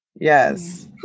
Yes